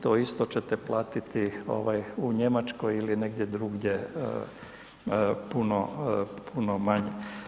To isto čete platiti ovaj u Njemačkoj ili negdje drugdje puno, puno manje.